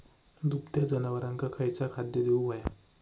दुभत्या जनावरांका खयचा खाद्य देऊक व्हया?